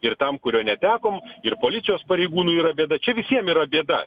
ir tam kurio netekom ir policijos pareigūnų yra bėda čia visiem yra bėda